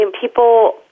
people